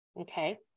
Okay